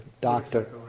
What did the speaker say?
doctor